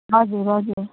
हजुर हजुर